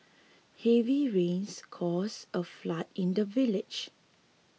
heavy rains caused a flood in the village